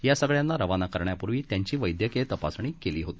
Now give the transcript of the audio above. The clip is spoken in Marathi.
या सगळ्यांना रवाना करण्यापूर्वी त्यांची वस्क्रीय तपासणी केली होती